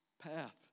Path